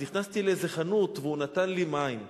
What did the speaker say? אז נכנסתי לאיזה חנות, והוא נתן לי מים.